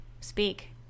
speak